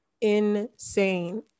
insane